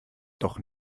doch